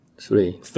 Three